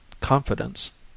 confidence